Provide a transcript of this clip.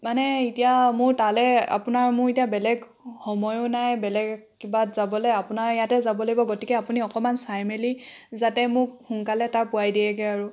মানে এতিয়া মোৰ তালৈ আপোনাৰ মোৰ এতিয়া বেলেগ সময়ো নাই বেলেগ কিবাত যাবলৈ আপোনাৰ ইয়াতে যাব লাগিব গতিকে আপুনি অকণমান চাই মেলি যাতে মোক সোনকালে তাৰ পোৱাই দিয়েগৈ আৰু